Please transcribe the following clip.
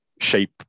shape